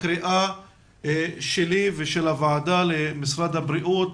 את הקריאה שלי ושל הוועדה למשרד הבריאות,